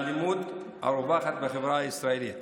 האלימות הרווחת בחברה הישראלית